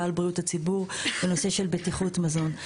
על בריאות הציבור ונושא של בטיחות מזון.